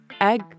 egg